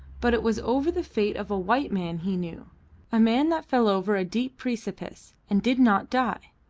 but it was over the fate of a white man he knew a man that fell over a deep precipice and did not die.